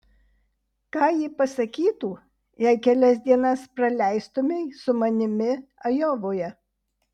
ką ji pasakytų jei kelias dienas praleistumei su manimi ajovoje